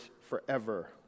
forever